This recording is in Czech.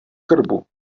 krbu